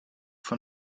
von